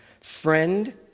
friend